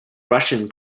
russian